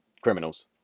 criminals